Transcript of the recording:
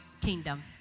kingdom